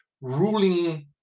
ruling